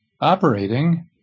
operating